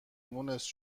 مونس